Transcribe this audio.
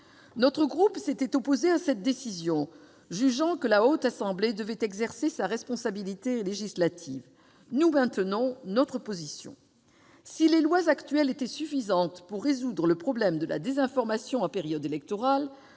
Notre groupe s'était opposé à cette décision, jugeant que la Haute Assemblée devait exercer sa responsabilité législative. Nous maintenons notre position. Si les lois actuelles étaient suffisantes pour résoudre le problème de la désinformation en période électorale,